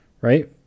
Right